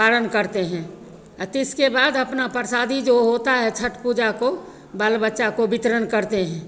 पारण करते हैं तो इसके बाद अपना प्रसादी जो होता है छठ पूजा को बाल बच्चा को वितरण करते हैं